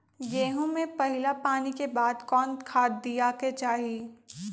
गेंहू में पहिला पानी के बाद कौन खाद दिया के चाही?